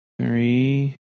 three